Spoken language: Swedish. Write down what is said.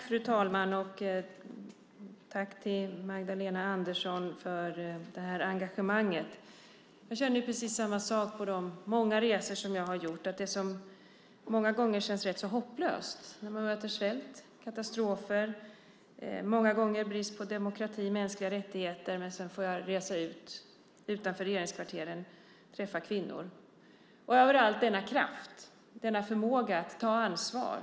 Fru talman! Tack, Magdalena Andersson, för engagemanget. Jag känner precis samma sak. Jag har gjort många resor och det känns många gånger hopplöst när man möter svält, katastrofer och brist på demokrati och mänskliga rättigheter. Sedan får jag resa utanför regeringskvarteren och träffa kvinnor och se denna kraft och förmåga att ta ansvar.